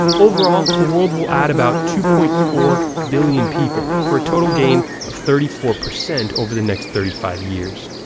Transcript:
overall the world will add about two point four billion people for a total gain of thirty four percent over the next thirty five years.